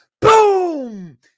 boom